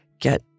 get